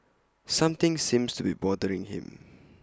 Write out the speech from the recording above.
something seems to be bothering him